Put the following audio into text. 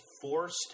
forced